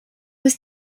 was